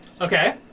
Okay